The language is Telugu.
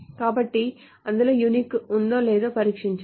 కాబట్టి అందులో unique ఉందో లేదో పరీక్షించండి